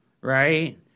right